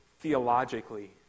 theologically